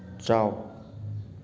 ꯆꯥꯎ